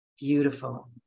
Beautiful